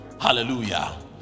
Hallelujah